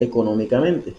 económicamente